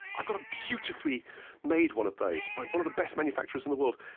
i've got a beautifully made one of those by one of the best manufacturers in the world,